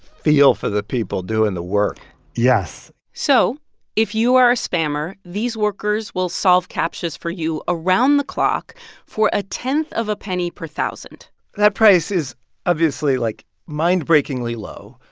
feel for the people doing the work yes so if you are a spammer, these workers will solve captchas for you around-the-clock for a tenth of a penny per thousand that price is obviously, like, mind-breakingly low.